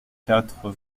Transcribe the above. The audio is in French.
quatre